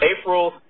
April